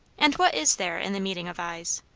and what is there in the meeting of eyes?